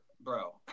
bro